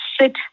sit